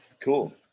Cool